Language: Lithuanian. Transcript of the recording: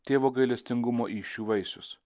tėvo gailestingumo įsčių vaisius